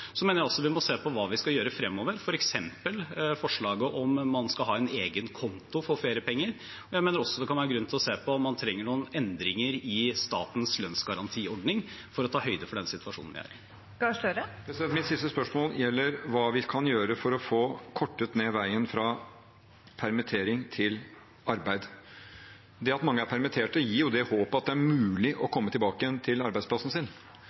mener vi også må se på hva vi skal gjøre fremover, f.eks. forslaget om man skal ha en egen konto for feriepenger. Jeg mener også det kan være grunn til å se på om man trenger noen endringer i statens lønnsgarantiordning for å ta høyde for den situasjonen vi er i. Jonas Gahr Støre – til oppfølgingsspørsmål. Mitt siste spørsmål gjelder hva vi kan gjøre for å få kortet ned veien fra permittering til arbeid. Det at mange er permittert, gir det håpet at det er mulig å komme tilbake igjen til arbeidsplassen sin,